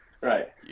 right